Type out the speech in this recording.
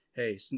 Hey